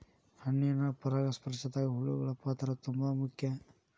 ಹಣ್ಣಿನ ಪರಾಗಸ್ಪರ್ಶದಾಗ ಹುಳಗಳ ಪಾತ್ರ ತುಂಬಾ ಮುಖ್ಯ